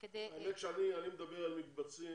אני מדבר על מקבצים,